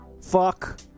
fuck